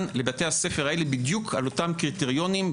לבתי הספר האלה בדיוק על אותם קריטריונים,